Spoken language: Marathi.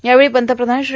यावेळी पंतप्रधान श्री